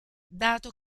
dato